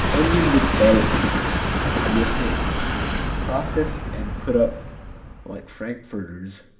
onion with garlic links u s a processed and put up like frankfurters,